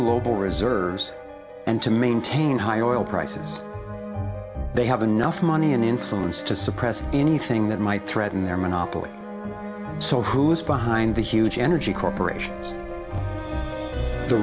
global reserves and to maintain high oil prices they have enough money and influence to suppress anything that might threaten their monopoly so who is behind the huge energy corporations the